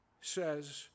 says